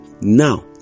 Now